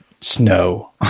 snow